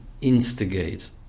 instigate